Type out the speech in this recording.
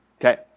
Okay